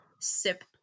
sip